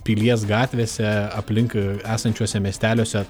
pilies gatvėse aplink esančiuose miesteliuose